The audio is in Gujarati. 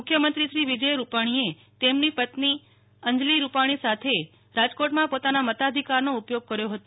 મુખ્યમંત્રી વિજય રૂપાણીએ તેમના પેત્ની અંજલી રૂપણી સાથે રાજકોટમાં પોતાના મતાઘિકારનો ઉપયોગ કર્યો હતો